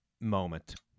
moment